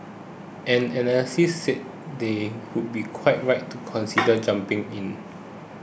and analysts say they would be quite right to consider jumping in